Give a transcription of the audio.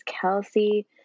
Kelsey